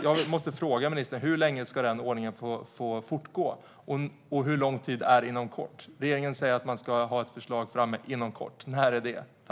Jag måste fråga ministern: Hur länge ska den ordningen få fortgå? Och hur lång tid är "inom kort"? Regeringen säger att man ska ha ett förslag framme inom kort. När är det?